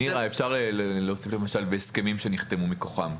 אפשר להוסיף למשל בהסכמים שנחתמו מכוחם.